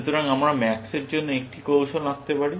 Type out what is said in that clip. সুতরাং আমরা ম্যাক্সের জন্য একটি কৌশল আঁকতে পারি